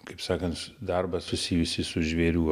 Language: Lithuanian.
kaip sakant darbą susijusį su žvėrių